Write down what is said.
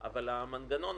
אם בכלל --- במקרה הפחות טוב.